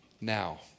now